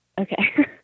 Okay